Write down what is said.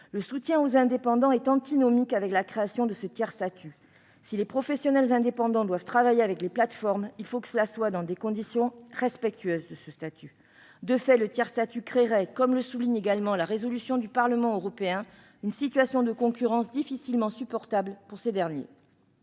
Le soutien aux indépendants est antinomique de la création de ce tiers-statut : si les professionnels indépendants doivent travailler avec les plateformes, il faut que cela soit dans des conditions respectueuses de ce statut. De fait, le tiers-statut créerait, comme le souligne également la résolution du Parlement européen, une situation de concurrence difficilement supportable pour ces derniers.